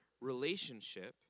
relationship